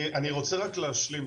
אני רוצה רק להשלים,